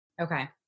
Okay